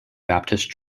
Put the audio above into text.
baptist